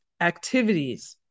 activities